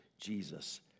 Jesus